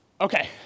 Okay